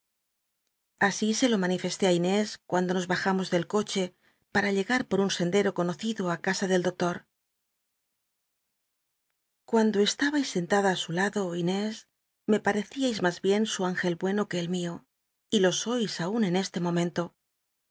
así se lo manifesté á inés cuando nos bajamos del coche para legat por un sendero conocido ft casa del doctor biblioteca nacional de españa david copperfield cuando estabais sentada su lado lné me pa reciais mas bien su ángel bueno que el mio y lo sois aun en este momenlo